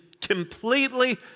completely